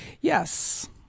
Yes